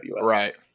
Right